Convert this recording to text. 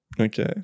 Okay